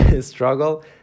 struggle